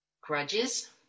grudges